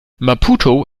maputo